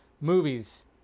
movies